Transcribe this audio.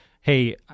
hey